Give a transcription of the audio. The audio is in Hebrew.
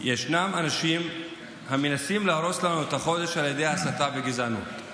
יש אנשים המנסים להרוס לנו את החודש על ידי הסתה וגזענות.